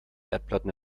erdplatten